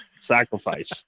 sacrifice